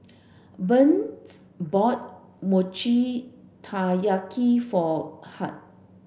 Burns bought Mochi Taiyaki for Hart